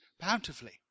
bountifully